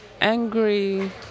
angry